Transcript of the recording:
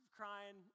crying